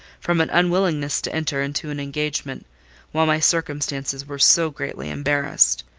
from an unwillingness to enter into an engagement while my circumstances were so greatly embarrassed.